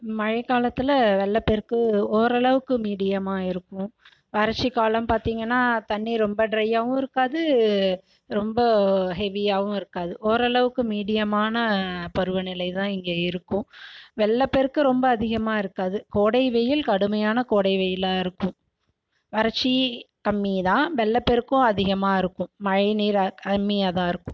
மழைக்காலத்தில் வெள்ளப்பெருக்கு ஓரளவுக்கு மீடியமாக இருக்கும் வறட்சி காலம் பார்த்தீங்கன்னா தண்ணி ரொம்ப ட்ரையாகவும் இருக்காது ரொம்ப ஹெவியாகவும் இருக்காது ஓரளவுக்கு மீடியமான பருவநிலை தான் இங்கே இருக்கும் வெள்ளப்பெருக்கு ரொம்ப அதிகமாக இருக்காது கோடை வெயில் கடுமையான கோடை வெயிலாக இருக்கும் வறட்சி கம்மிதான் வெள்ளப்பெருக்கும் அதிகமாக இருக்கும் மழைநீர் அ கம்மியாகதான் இருக்கும்